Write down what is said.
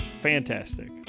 Fantastic